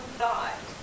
thought